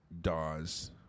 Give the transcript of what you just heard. DAWs